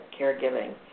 Caregiving